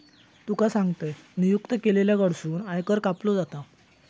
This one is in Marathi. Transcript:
तुका सांगतंय, नियुक्त केलेल्या कडसून आयकर कापलो जाता